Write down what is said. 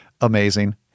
Amazing